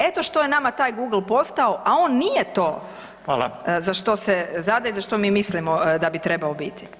Eto što je nama taj Google postao, a on nije to [[Upadica: Hvala.]] za što se zadaje i za što mi mislimo da bi trebao biti.